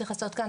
צריך לעשות כאן,